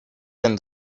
ten